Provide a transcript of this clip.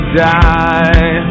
die